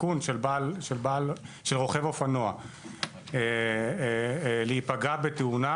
הסיכון של רוכב אופנוע להיפגע בתאונה